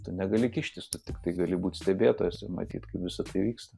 tu negali kištis tu tiktai gali būt stebėtojas ir matyt kaip visa tai vyksta